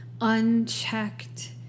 unchecked